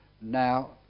now